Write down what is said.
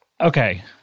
Okay